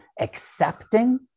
accepting